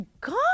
god